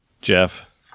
Jeff